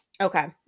Okay